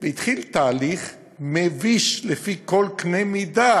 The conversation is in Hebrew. והתחיל תהליך מביש לפי כל קנה מידה,